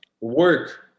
work